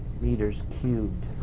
meters cubed